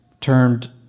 termed